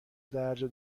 درجه